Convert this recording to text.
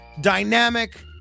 dynamic